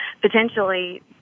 potentially